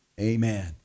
amen